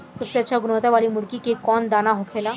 सबसे अच्छा गुणवत्ता वाला मुर्गी के कौन दाना होखेला?